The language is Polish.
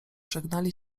żegnali